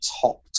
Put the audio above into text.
top